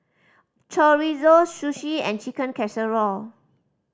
Chorizo Sushi and Chicken Casserole